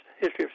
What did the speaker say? history